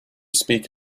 speak